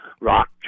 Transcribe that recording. rock